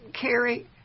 Carrie